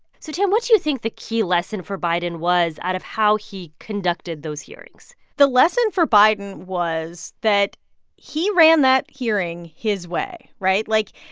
so, tam, what do you think the key lesson for biden was out of how he conducted those hearings? the lesson for biden was that he ran that hearing his way, right? like,